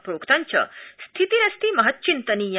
प्रोक्तञ्च स्थितिरस्ति महच्चिन्तनीया